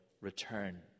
return